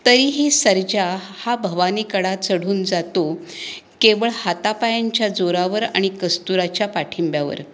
तरीही सर्जा हा भवानीकडा चढून जातो केवळ हातापायांच्या जोरावर आणि कस्तुराच्या पाठिंब्यावर